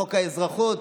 בחוק האזרחות,